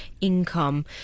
income